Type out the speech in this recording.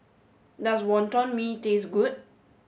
does Wonton Mee taste good